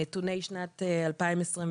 נתוני שנת 2022,